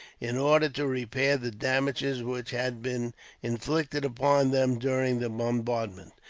in order to repair the damages which had been inflicted upon them during the bombardment.